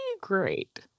great